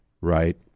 right